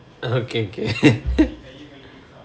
okay okay